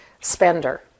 spender